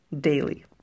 daily